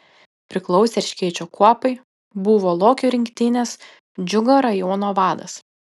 priklausė erškėčio kuopai buvo lokio rinktinės džiugo rajono vadas